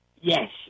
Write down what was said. Yes